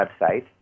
website